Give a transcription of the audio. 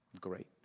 great